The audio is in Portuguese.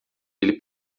ele